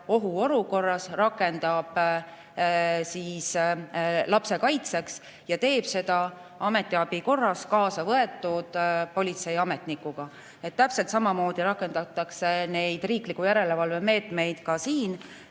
ohuolukorras rakendab lapse kaitseks. Ta teeb seda ametiabi korras kaasa võetud politseiametnikuga. Täpselt samamoodi rakendatakse neid riikliku järelevalve meetmeid siin.